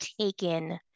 taken